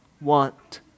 want